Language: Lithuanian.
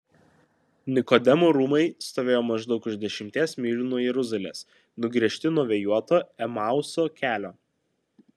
nikodemo rūmai stovėjo maždaug už dešimties mylių nuo jeruzalės nugręžti nuo vėjuoto emauso kelio